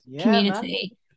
community